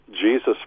Jesus